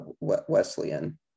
Wesleyan